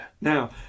Now